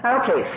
okay